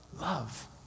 Love